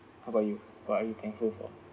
how about you what are you thankful for